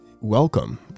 welcome